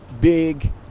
big